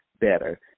better